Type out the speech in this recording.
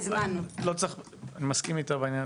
ישיר שהזמנו --- אני מסכים איתה בעניין,